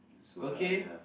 okay